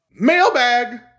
Mailbag